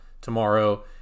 tomorrow